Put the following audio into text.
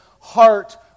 heart